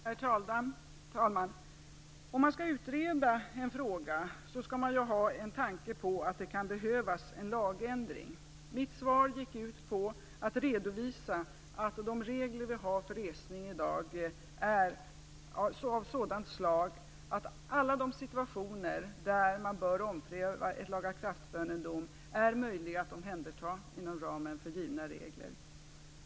Herr talman! Om man skall utreda en fråga skall det vara därför att det kan behövas en lagändring. I mitt svar redovisar jag de regler vi har för resning i dag. De är sådana att alla de situationer där man bör ompröva en lagakraftvunnen dom faller inom ramen för givna regler.